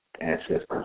ancestors